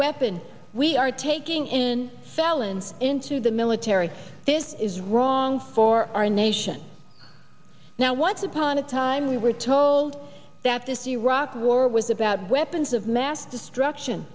weapon we are taking in felons into the military this is wrong for our nation now once upon a time we were told that this iraq war was about weapons of mass destruction